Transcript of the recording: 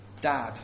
Dad